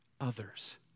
others